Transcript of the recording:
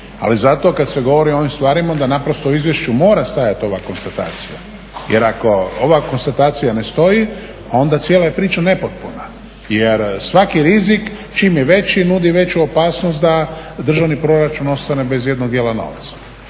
Ali zato kada se govori o ovim stvarima onda u izvješću mora stajati ova konstatacija jer ako ova konstatacija ne stoji onda je cijela priča nepotpuna. Jer svaki rizik čim je veći nudi veću opasnost da državni proračun ostane bez jednog dijela novaca.